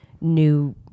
new